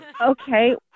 Okay